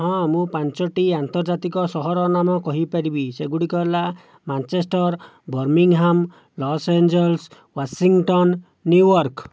ହଁ ମୁଁ ପାଞ୍ଚଟି ଆନ୍ତର୍ଜାତିକ ସହରର ନାମ କହିପାରିବି ସେଗୁଡ଼ିକ ହେଲା Manchester Birmingham Los Angeles Washington New York